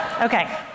okay